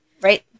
Right